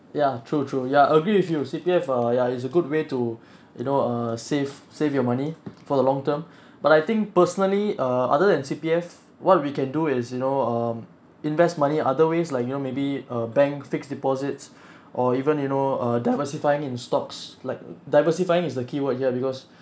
ya true true ya agree with you C_P_F err ya is a good way to you know err save save your money for the long term but I think personally err other than C_P_F what we can do is you know um invest money other ways like you know maybe err bank fixed deposits or even you know err diversifying in stocks like diversifying is the keyword here because